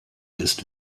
ist